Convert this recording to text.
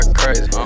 crazy